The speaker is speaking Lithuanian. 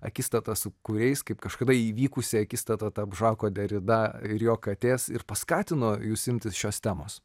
akistata su kuriais kaip kažkada įvykusi akistata tarp žako derida ir jo katės ir paskatino jus imtis šios temos